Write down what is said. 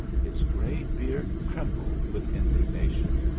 his gray beard trembled with indig nation.